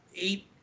eight